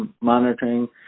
monitoring